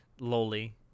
lowly